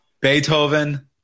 Beethoven